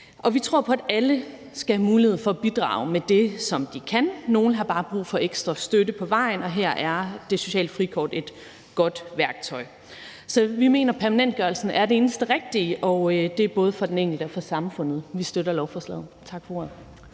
Vi tror på, at alle skal have mulighed for at bidrage med det, som de kan. Nogle har bare brug for ekstra støtte på vejen, og her er det sociale frikort et godt værktøj. Så vi mener, at permanentgørelsen er det eneste rigtige, og det gælder både for den enkelte og for samfundet. Vi støtter lovforslaget. Tak for ordet.